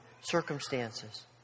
circumstances